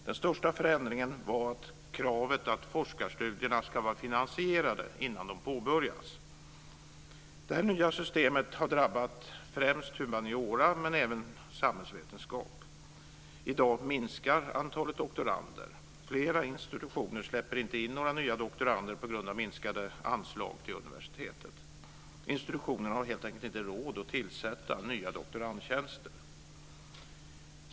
Den största förändringen var kravet att forskarstudierna ska vara finansierade innan de påbörjas. Det nya systemet har drabbat främst humaniora men även samhällsvetenskap. I dag minskar antalet doktorander. Flera institutioner släpper inte in några nya doktorander på grund av minskade anslag till universitetet. Institutionerna har helt enkelt inte råd att tillsätta nya doktorandtjänster.